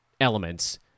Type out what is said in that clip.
elements